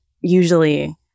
usually